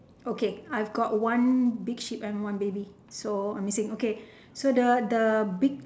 okay I have got one big sheep and one baby so I'm missing okay so the the big